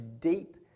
deep